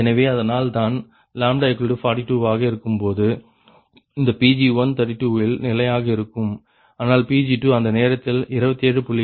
எனவே அதனால்தான் 42 வாக இருக்கும்போது இந்த Pg132 இல் நிலையாக இருக்கும் ஆனால் Pg2 அந்த நேரத்தில் 27